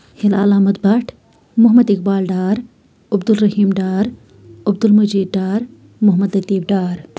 Hilal Ahmad Bhat Mohammad Iqbal Dar Abdul Rahim Dar Abdul Majeed Dar Mohammad Latif Dar